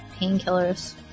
painkillers